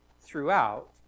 throughout